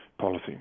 policy